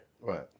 Right